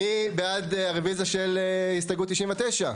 מי בעד רביזיה להסתייגות מספר 97?